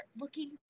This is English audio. looking